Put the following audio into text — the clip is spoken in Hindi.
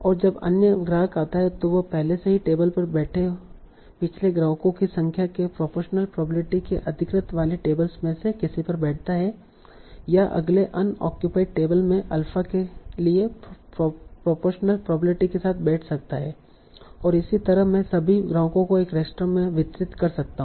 और जब अन्य ग्राहक आता है तो वह पहले से ही टेबल पर बैठे पिछले ग्राहकों की संख्या के प्रोपोरशनल प्रोबेबिलिटी के अधिकृत वाली टेबल्स में से किसी पर बैठता है या अगले अनओक्यूपाईड टेबल में अल्फा के लिए प्रोपोरशनल प्रोबेबिलिटी के साथ बैठ सकता है और इसी तरह मैं सभी ग्राहकों को एक रेस्तरां में वितरित कर सकता हु